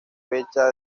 fecha